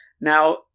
Now